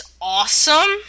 awesome